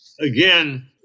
again